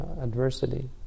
adversity